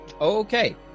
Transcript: Okay